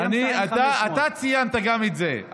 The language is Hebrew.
אתה ציינת גם את זה,